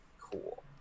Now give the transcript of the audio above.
Cool